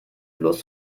bloß